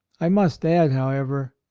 i must add, however,